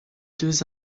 deux